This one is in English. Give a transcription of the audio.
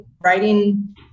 Writing